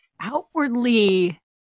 Outwardly